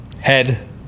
Head